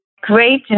great